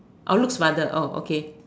oh Luke's mother oh okay